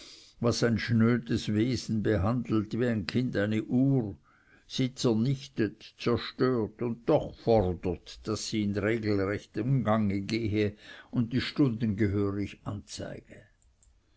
was ein schnödes wesen behandelt wie ein kind eine uhr sie zernichtet zerstört und doch fordert daß sie in regelrechtem gange gehe und die stunden gehörig